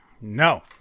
no